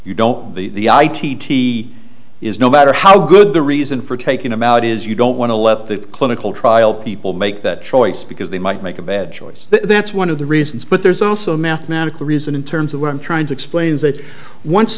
you don't be the i t t he is no matter how good the reason for taking about is you don't want to let the clinical trial people make that choice because they might make a bad choice but that's one of the reasons but there's also a mathematical reason in terms of what i'm trying to explain is that once